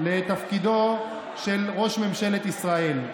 לתפקידו של ראש ממשלת ישראל.